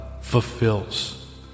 fulfills